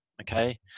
Okay